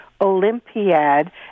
Olympiad